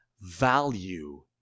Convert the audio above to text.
value